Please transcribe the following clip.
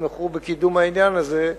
תתמכו בקידום העניין הזה,